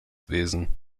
wesen